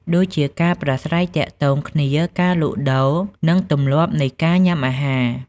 ដូចជាការប្រាស្រ័យទាក់ទងគ្នា ការលក់ដូរ និងទម្លាប់នៃការញ៉ាំអាហារ។